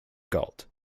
galt